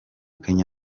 kenya